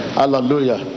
hallelujah